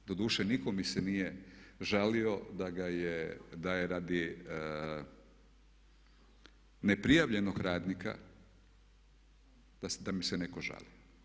Doduše, nitko mi se nije žalio da ga je, da je radi ne prijavljenog radnika, da mi se netko žali.